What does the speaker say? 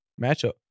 matchup